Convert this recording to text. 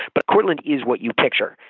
but cortlandt is what you picture.